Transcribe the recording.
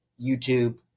YouTube